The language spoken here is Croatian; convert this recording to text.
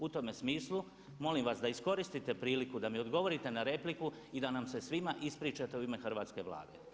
U tome smislu, molim vas da iskoristite priliku da mi odgovorite na repliku i da nam se svima ispričate u ime hrvatske Vlade.